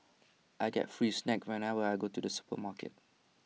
I get free snack whenever I go to the supermarket